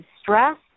stress